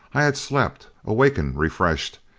i had slept, awakened refreshed,